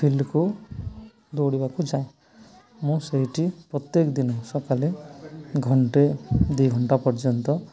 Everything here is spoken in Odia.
ଫିଲ୍ଡକୁ ଦୌଡ଼ିବାକୁ ଯାଏ ମୁଁ ସେଇଠି ପ୍ରତ୍ୟେକ ଦିନ ସକାଳେ ଘଣ୍ଟେ ଦୁଇ ଘଣ୍ଟା ପର୍ଯ୍ୟନ୍ତ